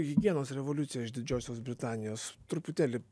higienos revoliucija iš didžiosios britanijos truputėlį